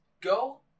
go